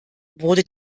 wurde